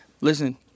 listen